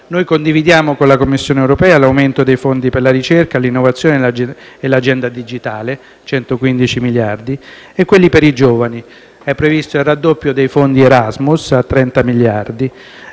Noi condividiamo con la Commissione europea l'aumento dei fondi per la ricerca, l'innovazione e l'agenda digitale (115 miliardi) e quelli per i giovani. È previsto il raddoppio dei fondi Erasmus a 30 miliardi.